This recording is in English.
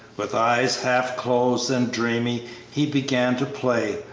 with eyes half closed and dreamy he began to play,